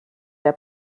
der